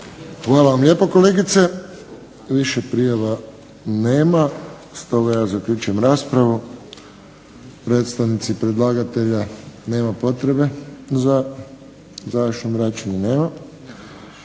Hvala lijepo kolegice. Više prijava nema. Stoga ja zaključujem raspravu. Predstavnici predlagatelja nema potrebe za završno obraćanje, nema.